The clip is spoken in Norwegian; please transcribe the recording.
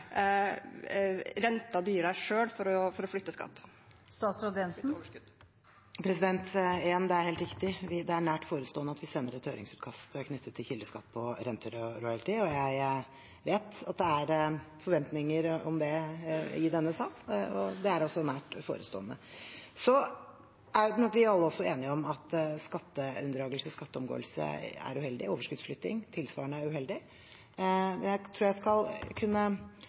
å flytte overskudd? Igjen: Det er helt riktig, det er nært forestående at vi sender ut et høringsforslag knyttet til kildeskatten på renter og royalty. Jeg vet at det er forventninger om det i denne sal, og det er altså nært forestående. Vi er alle også enige om at skatteunndragelse og skatteomgåelse er uheldig, og at overskuddsflytting er tilsvarende uheldig. Men jeg tror jeg skal kunne